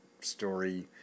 story